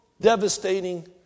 devastating